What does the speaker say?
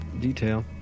detail